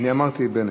אני אמרתי בנט.